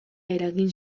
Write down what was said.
eragin